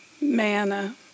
manna